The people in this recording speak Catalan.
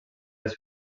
les